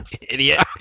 Idiot